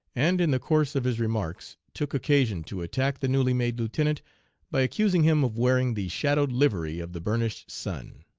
and in the course of his remarks took occasion to attack the newly-made lieutenant by accusing him of wearing the shadowed livery of the burnished sun